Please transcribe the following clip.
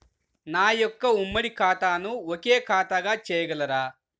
నా యొక్క ఉమ్మడి ఖాతాను ఒకే ఖాతాగా చేయగలరా?